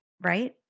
Right